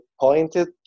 pointed